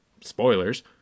spoilers